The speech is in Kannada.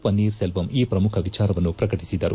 ಪನ್ನೀರ್ ಸೆಲ್ಲಂ ಈ ಪ್ರಮುಖ ವಿಚಾರವನ್ನು ಪ್ರಕಟಿಸಿದರು